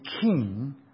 king